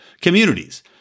communities